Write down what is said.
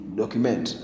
document